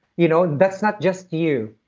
you know that's not just you.